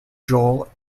joel